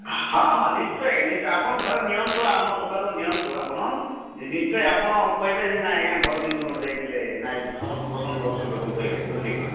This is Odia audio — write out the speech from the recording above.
ହଁ ହଁ ନିଶ୍ଚୟ ଆଜ୍ଞା ନିଶ୍ଚୟ ଆପଣ ଥରେ ନିଅନ୍ତୁ ଆମ ଦୁକାନରୁ ନିଅନ୍ତୁ ଆପଣ ନିଶ୍ଚୟ ଆପଣ କହିବେ ଯେ ନାଇଁ ଆଜ୍ଞା ଭଲ ଜିନିଷ ଗୋଟେ ଦେଇଥିଲେ ନାଇଁ ସମସ୍ତେ ପସନ୍ଦ୍ କରୁଛନ୍ତି ବୋଲି କହିବେ ବୁଝିଲେ କି